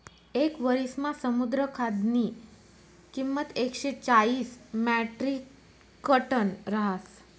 येक वरिसमा समुद्र खाद्यनी किंमत एकशे चाईस म्याट्रिकटन रहास